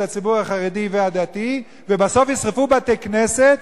הציבור החרדי והדתי ובסוף ישרפו בתי-כנסת,